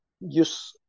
use